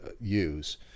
use